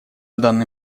данный